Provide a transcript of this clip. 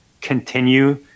continue